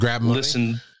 listen